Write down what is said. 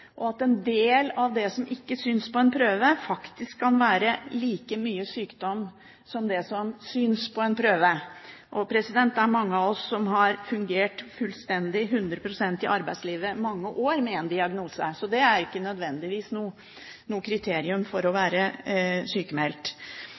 En del av det som ikke synes på en prøve, kan faktisk være like mye sykdom som det som synes på en prøve. Det er mange av oss som har fungert fullstendig 100 pst. i arbeidslivet i mange år med en diagnose. Så det er ikke nødvendigvis noe kriterium for å